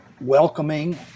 welcoming